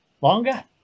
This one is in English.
longer